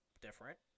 different